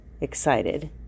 excited